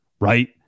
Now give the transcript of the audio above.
right